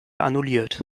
annulliert